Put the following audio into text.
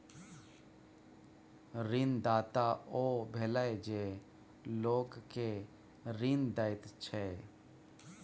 ऋणदाता ओ भेलय जे लोक केँ ऋण दैत छै